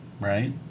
right